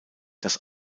das